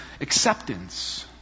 Acceptance